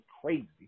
crazy